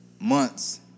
months